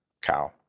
cow